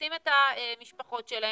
שמפרנסים את המשפחות שלהם.